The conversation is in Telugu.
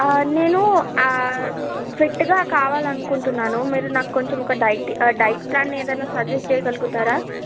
నేను ఫిట్గా కావాలి అనుకుంటున్నాను మీరు నాకు కొంచెం ఒక డైట్ ప్లాన్ ఏదైన సజెస్ట్ చేయగలుగుతారా